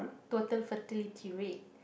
total fertility rate